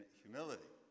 humility